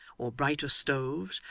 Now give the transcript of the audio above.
or brighter stoves,